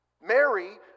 Mary